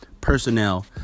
personnel